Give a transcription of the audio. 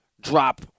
Drop